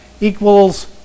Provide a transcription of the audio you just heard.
equals